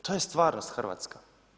To je stvarnost hrvatska.